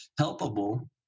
helpable